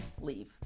leave